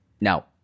Now